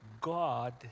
God